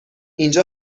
اینجا